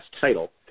title